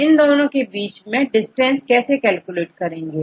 तो इन दोनों के बीच में डिस्टेंस कैसे कैलकुलेट करेंगे